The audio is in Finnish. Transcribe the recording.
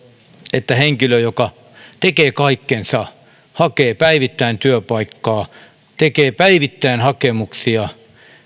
että rangaistaan henkilöä joka tekee kaikkensa hakee päivittäin työpaikkaa tekee päivittäin hakemuksia